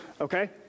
Okay